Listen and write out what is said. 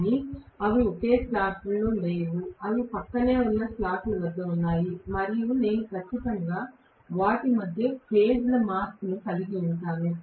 కాని అవి ఒకే స్లాట్లో లేవు అవి ప్రక్కనే ఉన్న స్లాట్ల వద్ద ఉన్నాయి మరియు నేను ఖచ్చితంగా వాటి మధ్య ఫేజ్ ల మార్పును కలిగి ఉంటాను